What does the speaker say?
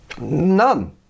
None